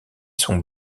sont